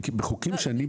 בחוקים שאני מכיר.